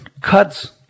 cuts